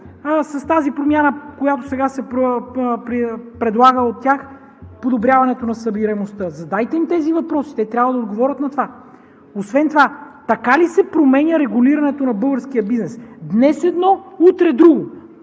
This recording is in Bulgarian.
С тази промяна, която сега се предлага от тях, ще се подобри ли събираемостта? Задайте им тези въпроси. Те трябва да отговорят на това. Освен това, така ли се променя регулирането на българския бизнес – днес едно, утре друго?